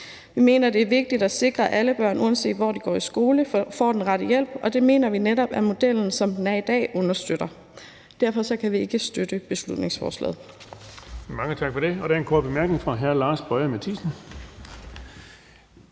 Vi mener, det er vigtigt at sikre, at alle børn, uanset hvor de går i skole, får den rette hjælp, og det mener vi netop at modellen, som den er i dag, understøtter. Derfor kan vi ikke støtte beslutningsforslaget. Kl. 17:16 Den fg. formand (Erling Bonnesen): Mange tak for det. Der er en kort bemærkning fra hr. Lars Boje Mathiesen.